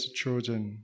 children